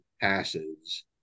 passes